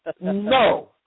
No